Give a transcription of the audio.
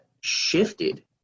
shifted